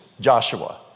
Joshua